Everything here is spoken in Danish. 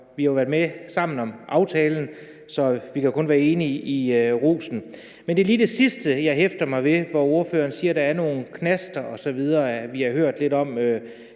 Vi har jo været sammen om aftalen, så vi kan jo kun være enige i rosen. Men det er lige det sidste, jeg hæfter mig ved, hvor ordføreren siger, at der er nogle knaster osv., vi har hørt lidt om